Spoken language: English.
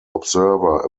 observer